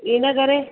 इनकरे